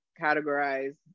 categorize